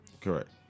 Correct